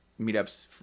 meetups